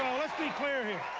let's be clear here.